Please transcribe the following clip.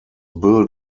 built